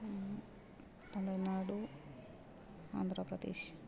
Tamil Nadu Andhra Pradesh